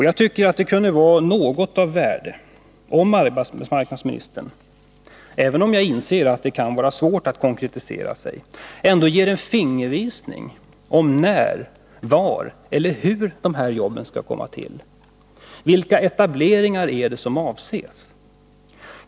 Jag tycker att det vore av värde om arbetsmarknadsministern något kunde konkretisera sig — även om jag inser att det kan vara svårt — och ge en fingervisning om var, när eller hur de här jobben skall komma till. Vilka etableringar är det som avses?